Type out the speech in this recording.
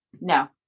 No